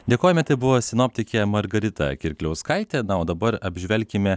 dėkojame tai buvo sinoptikė margarita kirkliauskaitė na o dabar apžvelkime